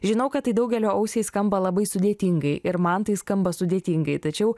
žinau kad tai daugelio ausiai skamba labai sudėtingai ir man tai skamba sudėtingai tačiau